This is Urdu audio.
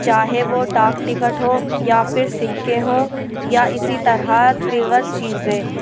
چاہے وہ ڈاک ٹکٹ ہو یا پھر سکّے ہوں یا اسی طرح دیگر چیزیں